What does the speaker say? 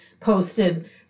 posted